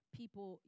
people